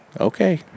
okay